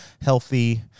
healthy